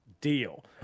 Deal